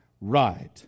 right